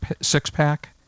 six-pack